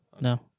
No